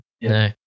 No